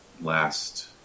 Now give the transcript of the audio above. last